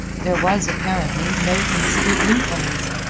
there was, apparently, no considered loopholes.